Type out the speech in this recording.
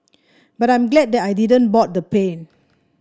but I'm glad that I didn't board the plane